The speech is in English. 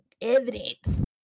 evidence